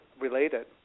related